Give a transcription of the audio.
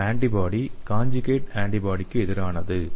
இந்த antibody conjugate ஆன்டிபாடிக்கு எதிரானது